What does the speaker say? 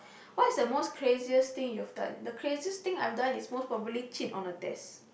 what's the most craziest thing you've done the craziest thing I've is most probably cheat on a test